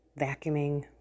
vacuuming